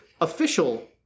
official